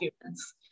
humans